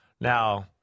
Now